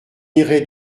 irait